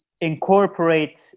incorporate